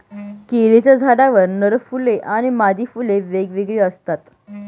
केळीच्या झाडाला नर फुले आणि मादी फुले वेगवेगळी असतात